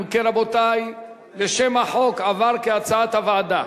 אם כן, שם החוק עבר כהצעת הוועדה.